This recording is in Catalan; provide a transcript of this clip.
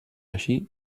així